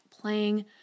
playing